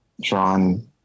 drawn